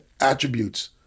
attributes